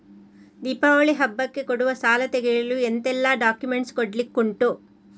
ದೀಪಾವಳಿ ಹಬ್ಬಕ್ಕೆ ಕೊಡುವ ಸಾಲ ತೆಗೆಯಲು ಎಂತೆಲ್ಲಾ ಡಾಕ್ಯುಮೆಂಟ್ಸ್ ಕೊಡ್ಲಿಕುಂಟು?